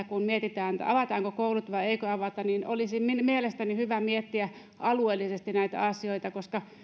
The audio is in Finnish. kun mietitään avataanko koulut vai eikö avata niin olisi mielestäni hyvä miettiä alueellisesti näitä asioita koska